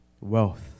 wealth